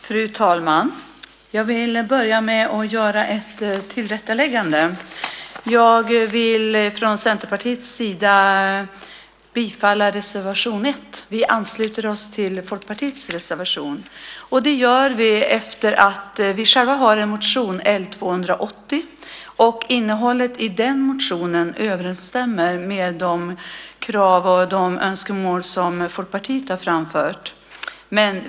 Fru talman! Jag vill börja med att göra ett tillrättaläggande. Jag vill från Centerpartiets sida bifalla reservation nr 1. Vi ansluter oss till Folkpartiets reservation. Det gör vi eftersom vi själva har en motion, L280, och innehållet i den överensstämmer med de krav och önskemål som Folkpartiet har framfört.